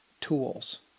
tools